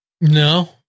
No